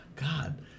God